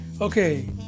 Okay